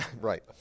right